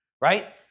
right